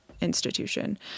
institution